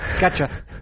Gotcha